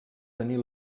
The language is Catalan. tenir